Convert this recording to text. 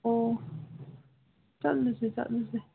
ꯑꯣ ꯆꯠꯂꯨꯁꯦ ꯆꯠꯂꯨꯁꯦ